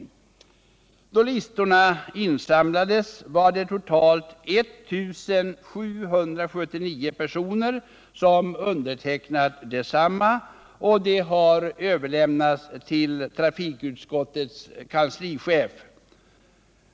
Då listorna samlades in var det totalt I 779 personer som hade undertecknat dem. Listorna har sedan överlämnats till trafikutskottets kanslichef.